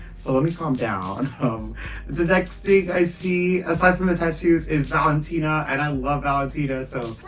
so let me calm down oh the next thing i see aside from the tattoos is valentina! and i love valentina so.